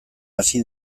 hasi